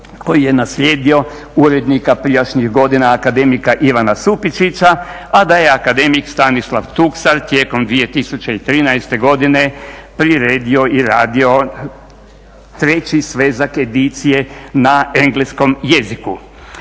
koji je naslijedio urednika prijašnjih godina, akademika Ivana Supičića, a da je akademik Stanislav Tuksalj tijekom 2013. godine priredio i radio treći svezak edicije na engleskom jeziku.